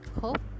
Hope